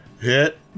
Hit